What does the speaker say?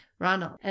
Ronald